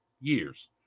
years